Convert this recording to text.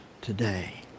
today